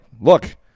look